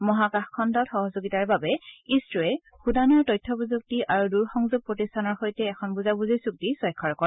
মহাকাশ খণ্ডত সহযোগিতাৰ বাবে ইছৰোৱে ভূটানৰ তথ্য প্ৰযুক্তি আৰু দূৰ সংযোগ প্ৰতিষ্ঠানৰ সৈতে এখন বুজাবুজিৰ চুক্তি স্বাক্ষৰ কৰে